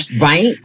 Right